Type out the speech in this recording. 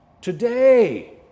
Today